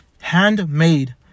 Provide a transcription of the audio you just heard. Handmade